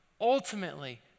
ultimately